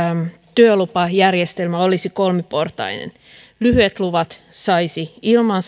työlupajärjestelmä olisi kolmiportainen lyhyet luvat saisi ilman